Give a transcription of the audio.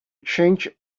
change